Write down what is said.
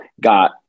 got